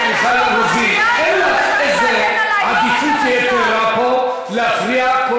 אני אוציא אתכם אם תמשיכו להפריע לו.